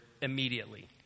immediately